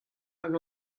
hag